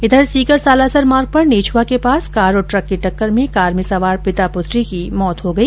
इधर सीकर सालासर मार्ग पर नेछवा के पास कार और ट्रक की टक्कर में कार में सवार पिता पुत्री की मौत हो गई